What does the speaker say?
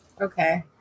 Okay